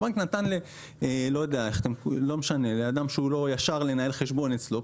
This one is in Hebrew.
אז הבנק נתן לאדם שהוא לא ישר לנהל חשבון אצלו,